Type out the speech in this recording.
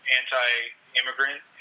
anti-immigrant